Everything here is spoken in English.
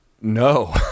No